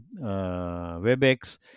WebEx